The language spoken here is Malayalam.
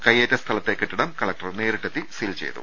കയ്യേറ്റ സ്ഥലത്തെ കെട്ടിടം കലക്ടർ നേരിട്ടെത്തി സീൽ ചെയ്തു